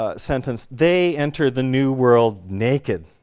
ah sentence, they enter the new world naked